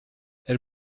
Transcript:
elle